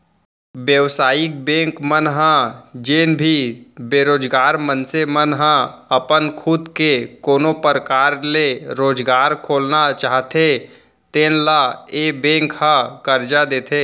बेवसायिक बेंक मन ह जेन भी बेरोजगार मनसे मन ह अपन खुद के कोनो परकार ले रोजगार खोलना चाहते तेन ल ए बेंक ह करजा देथे